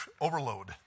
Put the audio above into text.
overload